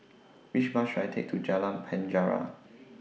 Which Bus should I Take to Jalan Penjara